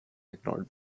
ignored